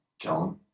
John